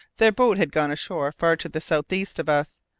their boat had gone ashore far to the south-east of us.